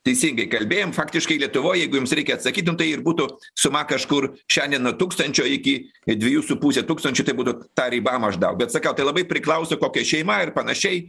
teisingai kalbėjom faktiškai lietuvoj jeigu jums reikia atsakyt nu tai ir būtų suma kažkur šiandien nuo tūkstančio iki dviejų su puse tūkstančių tai būtų ta riba maždaug bet sakau tai labai priklauso kokia šeima ir panašiai